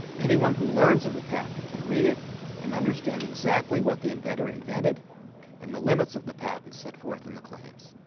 anyone who learns of the patent can read it and understand exactly what the inventor invented and the limits of the patent set forth in the claims.